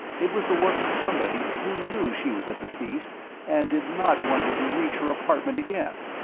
it was the work of somebody who knew she was at the feast and did not want her to reach her apartment again.